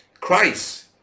Christ